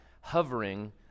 hovering